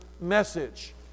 message